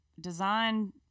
design